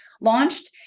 launched